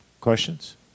Questions